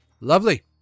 lovely